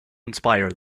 inspire